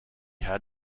had